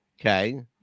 Okay